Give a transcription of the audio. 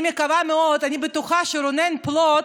מנכ"ל משרד הפנים, אני בטוחה שרונן פלוט,